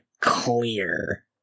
clear